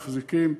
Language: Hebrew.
מחזיקים.